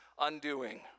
undoing